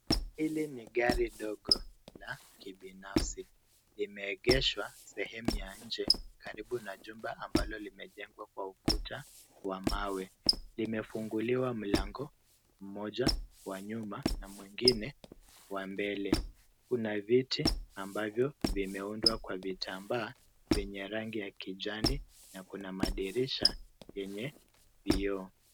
Hili ni gari dogo na kibinafsi limeegeshwa sehemu ya nje karibu na jumba ambalo limejengwa kwa ukuta wa mawe. Limefunguliwa mlango mmoja wa nyuma na mwingine wa mbele. Kuna viti ambavyo vimeundwa kwa vitambaa vyenye rangi ya kijani na kuna madirisha yenye vioo.